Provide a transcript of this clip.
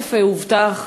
הכסף הובטח.